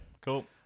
cool